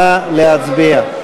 נא להצביע.